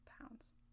pounds